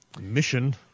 Mission